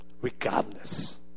Regardless